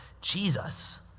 Jesus